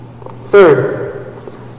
Third